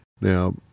Now